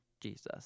Jesus